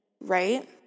Right